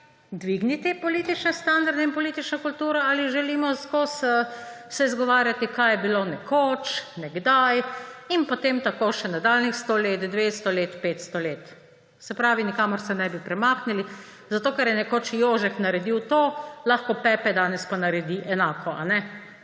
dvigniti politične standarde in politično kulturo ali se želimo ves čas izgovarjati, kaj je bilo nekoč, nekdaj, in potem tako še nadaljnjih 100 let, 200 let, 500 let. Se pravi, nikamor se ne bi premaknili, zato ker je nekoč Jožek naredil to, lahko Pepe danes naredi enako, ali ne?